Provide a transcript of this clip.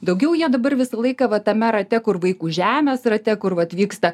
daugiau jie dabar visą laiką va tame rate kur vaikų žemės rate kur atvyksta